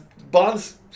Bonds